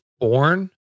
born